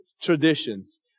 traditions